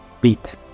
beat